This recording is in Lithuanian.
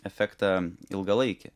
efektą ilgalaikį